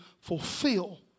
fulfill